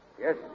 Yes